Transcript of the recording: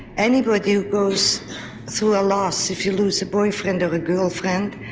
anybody who goes through a loss, if you lose a boyfriend or a girlfriend,